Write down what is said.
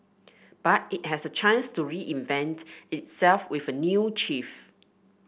but it has a chance to reinvent itself with a new chief